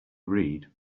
read